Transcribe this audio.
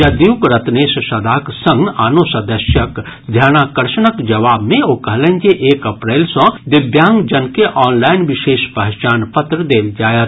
जदयूक रत्नेश सदाक संग आनो सदस्यक ध्यानकर्षणक जवाब मे ओ कहलनि जे एक अप्रैल सँ दिव्यांगजन के ऑनलाईन विशेष पहचान पत्र देल जायत